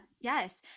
yes